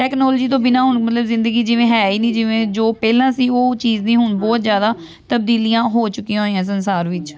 technology ਤੋਂ ਬਿਨਾਂ ਹੁਣ ਮਤਲਵ ਜ਼ਿੰਦਗੀ ਜਿਵੇਂ ਹੈ ਹੀ ਨਹੀਂ ਜਿਵੇਂ ਜੋ ਪਹਿਲਾਂ ਸੀ ਉਹ ਚੀਜ਼ ਦੀ ਹੁਣ ਬਹੁਤ ਜ਼ਿਆਦਾ ਤਬਦੀਲੀਆਂ ਹੋ ਚੁੱਕੀਆਂ ਹੋਈਆਂ ਸੰਸਾਰ ਵਿੱਚ